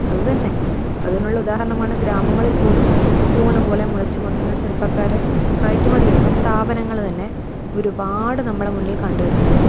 അതു തന്നെ അതിനുള്ള ഉദാഹരണമാണ് ഗ്രാമങ്ങളിൽ പോലും കൂണുപോലെ മുളച്ചു പൊന്തുന്ന ചെറുപ്പക്കാരെ കയറ്റുമതി ചെയ്യുന്ന സ്ഥാപനങ്ങൾ തന്നെ ഒരുപാട് നമ്മളെ മുന്നിൽ കണ്ടു വരുന്നുണ്ട്